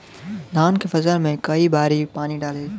धान के फसल मे कई बारी पानी डाली?